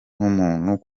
n’umuntu